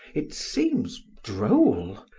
it seems droll.